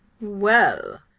Well